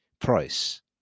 price